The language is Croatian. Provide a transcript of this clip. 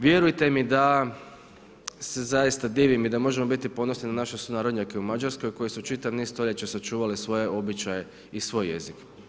Vjerujte mi da se zaista divim i da možemo biti ponosni na naše sunarodnjake u Mađarskoj koji su čitav niz stoljeća sačuvali svoje običaje i svoj jezik.